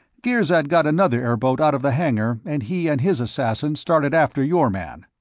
girzad got another airboat out of the hangar and he and his assassin started after your man.